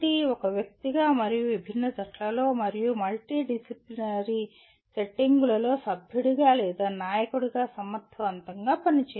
ఒక వ్యక్తిగా మరియు విభిన్న జట్లలో మరియు మల్టీడిసిప్లినరీ సెట్టింగులలో సభ్యుడిగా లేదా నాయకుడిగా సమర్థవంతంగా పనిచేయండి